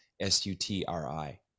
S-U-T-R-I